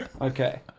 okay